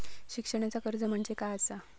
शिक्षणाचा कर्ज म्हणजे काय असा?